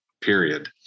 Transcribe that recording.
period